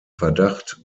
verdacht